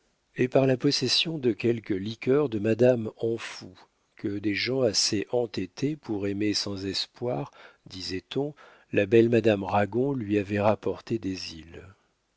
et par la possession de quelques liqueurs de madame anfoux que des gens assez entêtés pour aimer sans espoir disait-on la belle madame ragon lui avaient apportées des îles